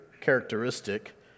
characteristic